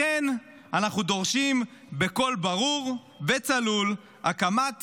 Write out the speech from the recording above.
לכן, אנחנו דורשים בקול ברור וצלול הקמת